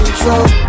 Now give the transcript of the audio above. control